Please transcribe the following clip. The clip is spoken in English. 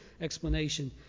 explanation